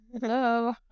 Hello